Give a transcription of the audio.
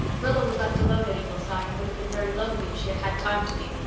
rilla was left alone at ingleside and would have been very lonely if she had had time to be.